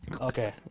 Okay